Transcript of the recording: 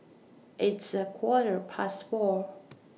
its A Quarter Past four